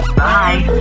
bye